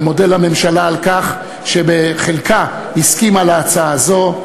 ומודה לממשלה על כך שבחלקה הסכימה להצעה הזאת.